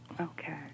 Okay